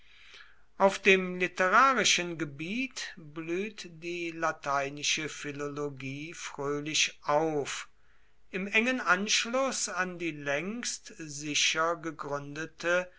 auf dem literarischen gebiet blüht die lateinische philologie fröhlich auf im engen anschluß an die längst sicher gegründete